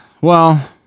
Well-